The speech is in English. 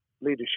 leadership